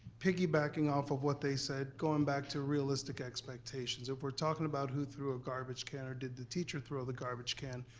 piggybacking off of what they said, going back to realistic expectations, if we're talking about who threw a garbage can or did the teacher throw the garbage can,